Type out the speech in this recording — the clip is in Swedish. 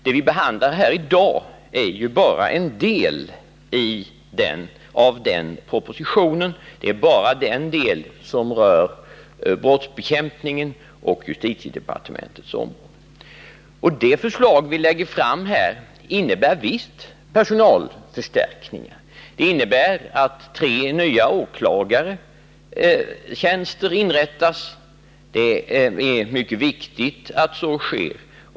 Det vi behandlar här i dag är bara en del av den propositionen, den del som rör brottsbekämpningen och justitiedepartementets område. Det förslag vi lägger fram innebär visst personalförstärkningar. Det innebär att tre nya åklagartjänster inrättas. Det är mycket viktigt att så sker.